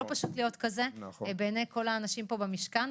פשוט להיות כזה בעיני כל האנשים פה במשכן,